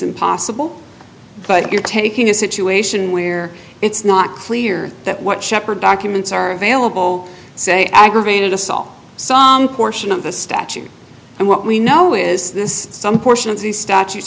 impossible but you're taking a situation where it's not clear that what sheppard documents are available say aggravated assault some portion of the statute and what we know is this some portion of the statutes